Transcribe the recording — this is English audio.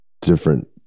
different